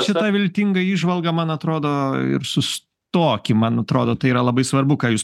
šita viltinga įžvalga man atrodo ir sustokim man atrodo tai yra labai svarbu ką jūs